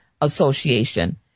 Association